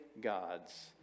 gods